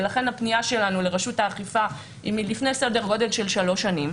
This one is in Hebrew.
ולכן הפנייה שלנו לרשות האכיפה היא לפני כשלוש שנים,